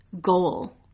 goal